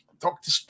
Doctor